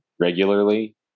regularly